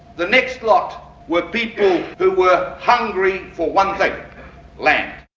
the next lot were people who were hungry for one thing land.